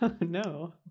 No